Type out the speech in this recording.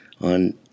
on